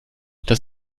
das